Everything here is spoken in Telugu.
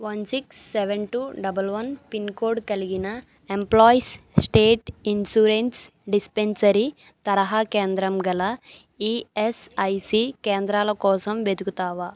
one six seven two double one pincode కలిగిన ఎంప్లాయీస్ స్టేట్ ఇన్సూరెన్స్ డిస్పెన్సరీ తరహా కేంద్రంగల ఈఎస్ఐసీ కేంద్రాల కోసం వెతుకుతావా